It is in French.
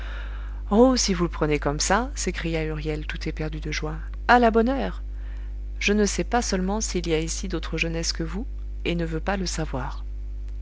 oh si vous le prenez comme ça s'écria huriel tout éperdu de joie à la bonne heure je ne sais pas seulement s'il y a ici d'autres jeunesses que vous et ne veux pas le savoir